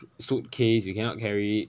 suitcase you cannot carry